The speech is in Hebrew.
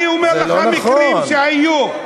אני אומר לך מקרים שהיו.